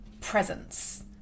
presence